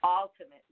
ultimately